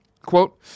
Quote